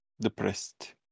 depressed